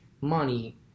money